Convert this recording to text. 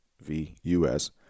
V-U-S